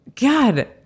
God